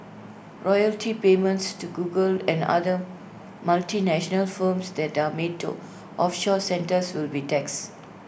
royalty payments to Google and other multinational firms that are made to offshore centres will be taxed